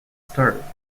start